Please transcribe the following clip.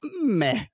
meh